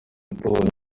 tubonye